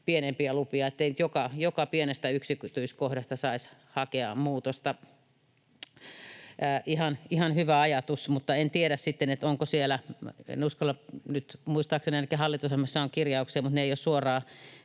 pienempiä lupia, ettei joka pienestä yksityiskohdasta saisi hakea muutosta. Ihan hyvä ajatus, mutta en tiedä sitten, onko siellä... En uskalla nyt sanoa, muistaakseni ainakin hallitusohjelmassa on kirjauksia, mutta ne eivät ole suoraan